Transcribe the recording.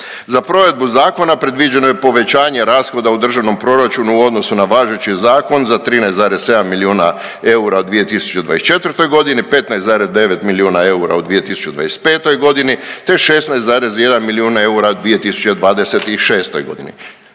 Za provedbu zakona predviđeno je povećanje rashoda u državnom proračunu u odnosu na važeći zakon za 13,7 milijuna eura u 2024. godini. 15,9 milijuna eura u 2025. godini, te 16,1 milijun eura 2026. godini.